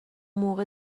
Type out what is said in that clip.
موقع